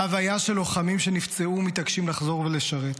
ההוויה של לוחמים שנפצעו ומתעקשים לחזור ולשרת,